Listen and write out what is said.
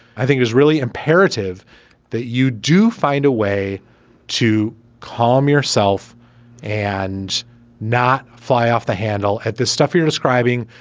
i think it is really imperative that you do find a way to calm yourself and not fly off the handle at the stuff you're describing,